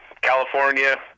California